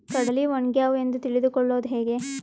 ಕಡಲಿ ಒಣಗ್ಯಾವು ಎಂದು ತಿಳಿದು ಕೊಳ್ಳೋದು ಹೇಗೆ?